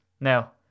Now